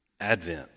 Advent